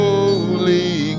Holy